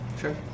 Sure